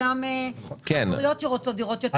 וחד הוריות שרוצות דירות יותר קטנות.